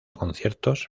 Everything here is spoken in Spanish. conciertos